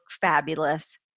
fabulous